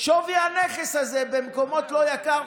שווי הנכס הזה במקומות לא יקרים,